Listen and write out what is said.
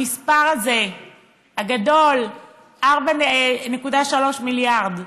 המספר הגדול הזה, 4.3 מיליארד,